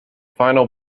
final